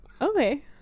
Okay